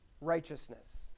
righteousness